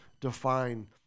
define